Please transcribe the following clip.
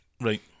Right